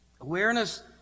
Awareness